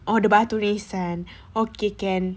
orh the batu nisan okay can